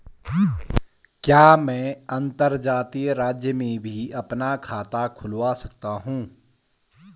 क्या मैं अंतर्जनपदीय राज्य में भी अपना खाता खुलवा सकता हूँ?